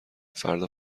فردا